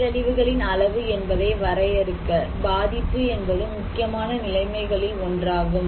பேரழிவுகளின் அளவு என்பதை வரையறுக்க பாதிப்பு என்பது முக்கியமான நிலைமைகளில் ஒன்றாகும்